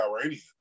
Iranian